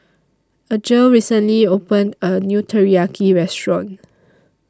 Algie recently opened A New Teriyaki Restaurant